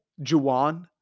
Juwan